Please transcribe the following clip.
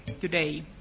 today